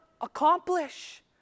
accomplish